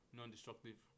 non-destructive